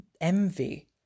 envy